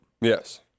Yes